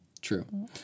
True